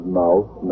mouth